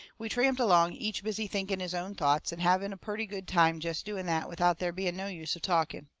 we tramped along, each busy thinking his own thoughts, and having a purty good time jest doing that without there being no use of talking.